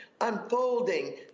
unfolding